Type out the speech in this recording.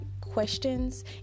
questions